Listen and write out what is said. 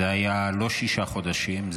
זה לא היה שישה חודשים,